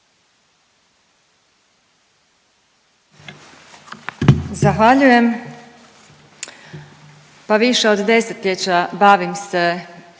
Zahvaljujem. Pa više od desetljeća bavim se